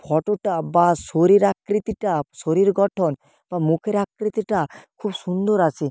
ফটোটা বা শরীর আকৃতিটা শরীর গঠন বা মুখের আকৃতিটা খুব সুন্দর আসে